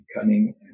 cunning